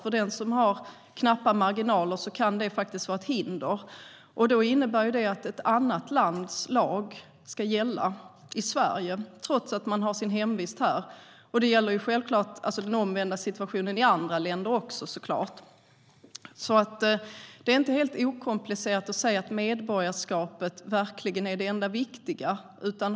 För den som har knappa marginaler kan det vara ett hinder. Då innebär det att ett annat lands lag ska gälla i Sverige, trots att man har sin hemvist här. Självklart gäller även den omvända situationen i andra länder. Det är inte helt okomplicerat att säga att medborgarskapet är det enda viktiga.